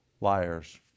liars